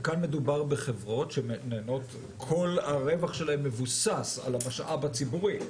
וכאן מדובר בחברות שכל הרווח שלהן מבוסס על המשאב הציבורי.